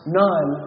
none